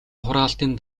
хураалтын